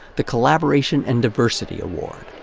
the collaboration and diversity award.